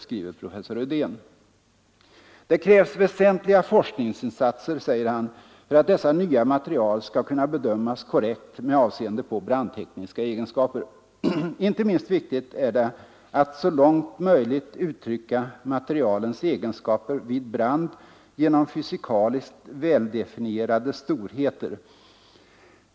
Det krävs väsentliga forskningsinsatser, säger professor Ödeen, för att dessa nya material skall kunna bedömas korrekt med avseende på brandtekniska egenskaper. Inte minst viktigt är att ”så långt möjligt uttrycka materialens egenskaper vid brand genom fysikaliskt väldefinierade storheter”.